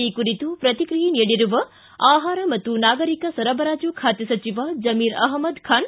ಈ ಕುರಿತು ಪ್ರತಿಕ್ರಿಯೆ ನೀಡಿರುವ ಆಪಾರ ಮತ್ತು ನಾಗರಿಕ ಸರಬರಾಜು ಖಾತೆ ಸಚಿವ ಜಮೀರ್ ಅಹಮ್ನದ್ ಖಾನ್